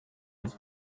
his